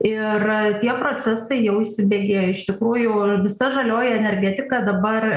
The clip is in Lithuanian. ir tie procesai jau įsibėgėjo iš tikrųjų visa žalioji energetika dabar